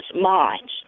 minds